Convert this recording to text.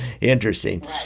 interesting